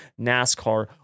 NASCAR